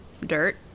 Dirt